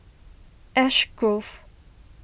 Ash Grove